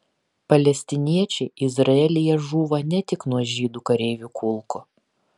palestiniečiai izraelyje žūva ne tik nuo žydų kareivių kulkų